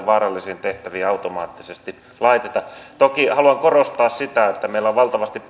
vaarallisiin tehtäviin automaattisesti laiteta toki haluan korostaa sitä että meillä on valtavasti